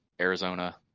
Arizona